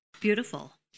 Beautiful